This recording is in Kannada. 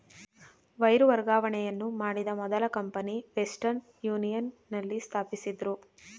ವೈರು ವರ್ಗಾವಣೆಯನ್ನು ಮಾಡಿದ ಮೊದಲ ಕಂಪನಿ ವೆಸ್ಟರ್ನ್ ಯೂನಿಯನ್ ನಲ್ಲಿ ಸ್ಥಾಪಿಸಿದ್ದ್ರು